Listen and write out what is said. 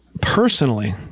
personally